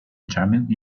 jumping